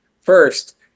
First